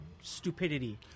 stupidity